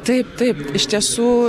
taip taip iš tiesų